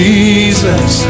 Jesus